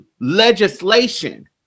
legislation